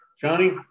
Johnny